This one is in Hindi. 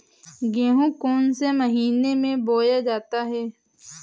गेहूँ कौन से महीने में बोया जाता है?